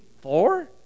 four